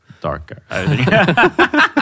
darker